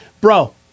bro